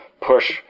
push